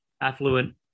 affluent